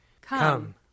Come